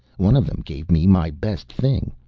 one of them gave me my best thing.